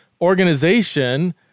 organization